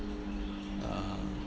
uh